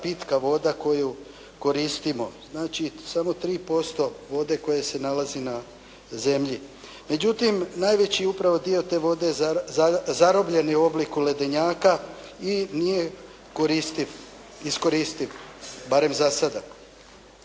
pitka voda koju koristimo. Znači samo 3% vode koje se nalazi na zemlji. Međutim najveći upravo dio te vode zarobljen je u obliku ledenjaka i nije koristiv, iskoristiv barem za sada.